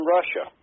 Russia